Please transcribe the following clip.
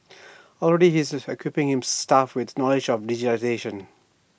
already he is equipping his staff with knowledge of digitisation